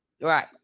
Right